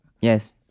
Yes